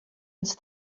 ens